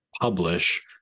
publish